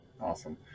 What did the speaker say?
Awesome